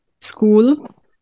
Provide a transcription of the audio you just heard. school